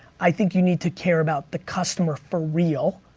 i think you need to care about the customer for real,